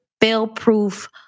fail-proof